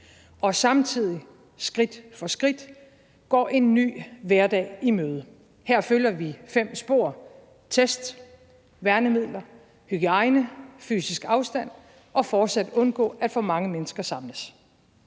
og samtidig skridt for skridt går en ny hverdag i møde. Her følger vi fem spor: test, værnemidler, hygiejne, fysisk afstand og fortsat at undgå, at for mange mennesker samles,